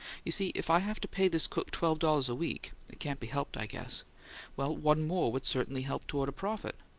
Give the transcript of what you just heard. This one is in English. you see if i have to pay this cook twelve dollars a week it can't be helped, i guess well, one more would certainly help toward a profit.